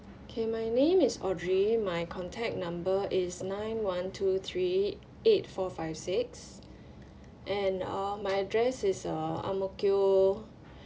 okay my name is audrey my contact number is nine one two three eight four five six and uh my address is uh ang mo kio